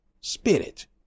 Spirit